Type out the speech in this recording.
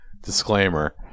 disclaimer